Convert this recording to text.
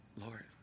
Lord